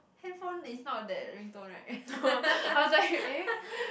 handphone is not that ringtone right